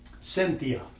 Cynthia